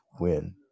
win